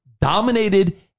dominated